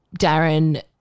Darren